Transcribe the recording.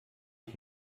ich